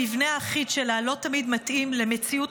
המבנה האחיד שלה לא תמיד מתאים למציאות